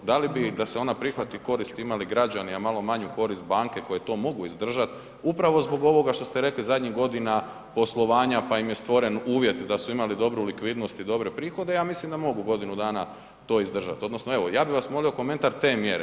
Da li bi da se ona prihvati, korist imali građani a malo manju korist banke koje to mogu izdržat upravo zbog ovoga što sto rekli zadnjih godina poslovanja pa im je stvoren uvjet da su imali dobru likvidnost i dobre prihode, ja mislim da mogu godinu dana to izdržat odnosno evo, ja bi vas molio komentar te mjere.